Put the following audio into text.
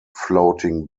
floating